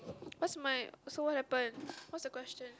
what's my so what happen what's the question